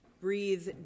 Breathe